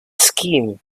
scheme